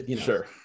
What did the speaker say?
sure